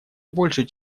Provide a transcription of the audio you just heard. больше